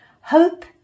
Hope